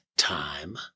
time